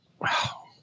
Wow